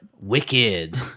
Wicked